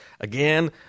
Again